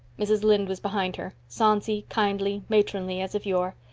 mrs. lynde was behind her, sonsy, kindly, matronly, as of yore.